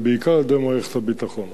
ובעיקר על-ידי מערכת הביטחון.